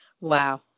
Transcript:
Wow